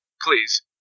Please